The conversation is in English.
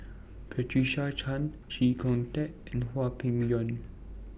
Patricia Chan Chee Kong Tet and Hwang Peng Yuan